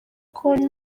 konti